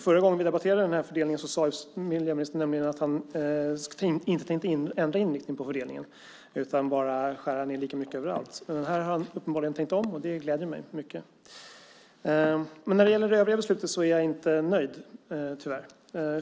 Förra gången vi debatterade den här fördelningen sade miljöministern att han inte tänkte ändra inriktning på fördelningen utan bara skära ned lika mycket överallt. Här har han uppenbarligen tänkt om, och det gläder mig mycket. Men när det gäller övriga beslutet är jag inte nöjd, tyvärr.